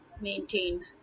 maintain